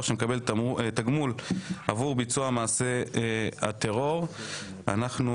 שמקבל תגמול עבור ביצוע מעשה הטרור (תיקוני חקיקה),